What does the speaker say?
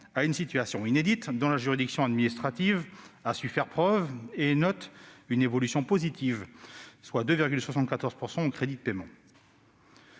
à une situation inédite dont la juridiction administrative a su faire preuve et note une évolution positive des crédits de paiement,